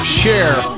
share